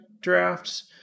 drafts